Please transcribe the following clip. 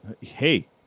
hey